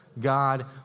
God